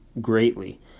greatly